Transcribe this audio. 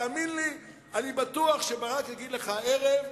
תאמין לי, אני בטוח שברק יגיד לך הערב,